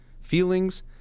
feelings